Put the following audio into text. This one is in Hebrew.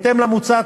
בהתאם למוצע,